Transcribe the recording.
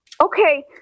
Okay